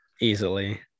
Easily